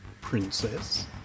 Princess